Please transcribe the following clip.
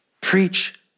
Preach